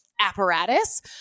apparatus